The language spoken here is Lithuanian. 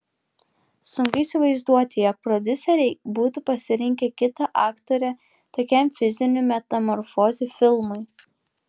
sunku įsivaizduoti jog prodiuseriai būtų pasirinkę kitą aktorę tokiam fizinių metamorfozių filmui